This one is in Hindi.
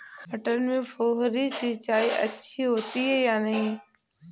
मटर में फुहरी सिंचाई अच्छी होती है या नहीं?